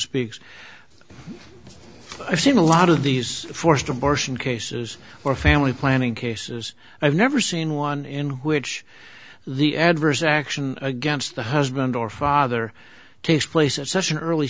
speaks i've seen a lot of these forced abortion cases or family planning cases i've never seen one in which the adverse action against the husband or father takes place at such an early